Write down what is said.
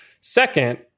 Second